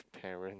parents